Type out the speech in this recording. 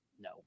No